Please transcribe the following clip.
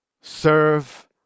serve